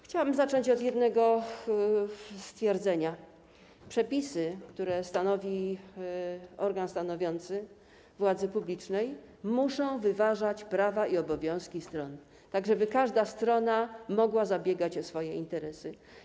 Chciałabym zacząć od jednego stwierdzenia: przepisy, które stanowi organ stanowiący władzy publicznej, muszą wyważać prawa i obowiązki stron, tak żeby każda strona mogła zabiegać o swoje interesy.